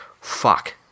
fuck